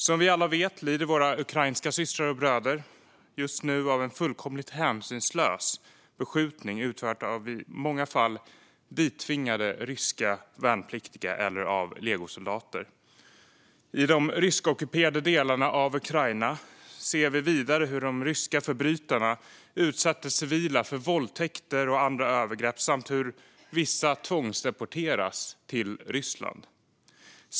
Som vi alla vet lider våra ukrainska systrar och bröder just nu till följd av en fullkomligt hänsynslös beskjutning utförd av i många fall dittvingade ryska värnpliktiga eller av legosoldater. I de ryskockuperade delarna av Ukraina ser vi vidare hur de ryska förbrytarna utsätter civila för våldtäkter och andra övergrepp samt hur vissa tvångsdeporteras till Ryssland.